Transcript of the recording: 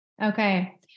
Okay